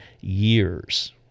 years